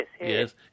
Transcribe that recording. Yes